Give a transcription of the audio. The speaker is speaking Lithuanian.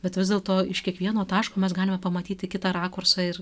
bet vis dėlto iš kiekvieno taško mes galime pamatyti kitą rakursą ir